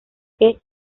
que